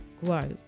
grow